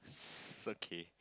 s~ okay